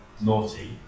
naughty